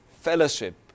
Fellowship